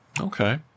Okay